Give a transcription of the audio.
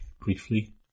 briefly